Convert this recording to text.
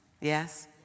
Yes